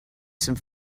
some